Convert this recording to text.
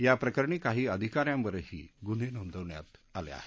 याप्रकरणी काही अधिका यांवरही गून्हे नोंदवण्यात आले आहेत